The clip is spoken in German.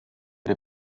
der